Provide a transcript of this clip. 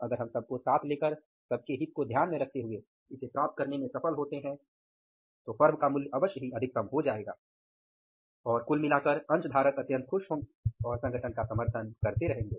अगर हम सबको साथ लेकर सबके हित को ध्यान में रखते हुए इसे प्राप्त करने में सफल होते हैं तो फर्म का मूल्य अवश्य ही अधिकतम हो जाएगा और कुल मिलाकर अंशधारक अत्यंत खुश होंगे और संगठन का समर्थन करते रहेंगे